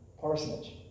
Parsonage